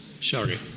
Sorry